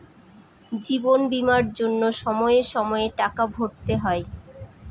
জীবন বীমার জন্য সময়ে সময়ে টাকা ভরতে হয়